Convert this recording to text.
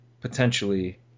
potentially